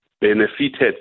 benefited